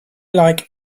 like